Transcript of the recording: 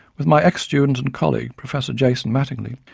with my ex-student and colleague, professor jason mattingley,